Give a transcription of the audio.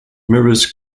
mirrors